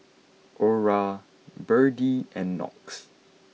Ora Berdie and Knox